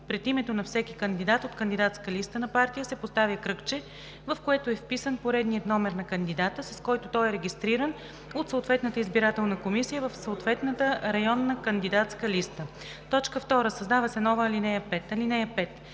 Пред името на всеки кандидат от кандидатска листа на партия се поставя кръгче, в което е вписан поредният номер на кандидата, с който той е регистриран от съответната избирателна комисия в съответната районна кандидатска листа.“ 2. Създава се нова ал. 5: